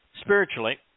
Spiritually